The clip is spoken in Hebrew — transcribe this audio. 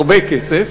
הרבה כסף,